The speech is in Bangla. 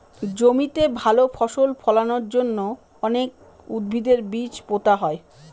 জমিতে ভালো ফসল ফলানোর জন্য অনেক উদ্ভিদের বীজ পোতা হয়